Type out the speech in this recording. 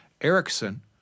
Erickson